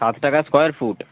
সাত টাকা square foot